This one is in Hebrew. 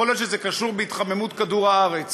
יכול להיות שזה קשור להתחממות כדור-הארץ.